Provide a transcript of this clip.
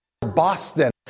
Boston